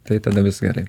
tai tada vis gerai